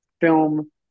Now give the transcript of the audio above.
film